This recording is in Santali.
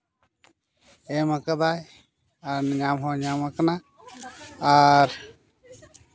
ᱮᱢ ᱠᱟᱫᱟᱭ ᱧᱟᱢ ᱦᱚᱸ ᱧᱟᱢ ᱠᱟᱱᱟ ᱟᱨ